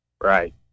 Right